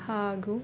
ಹಾಗೂ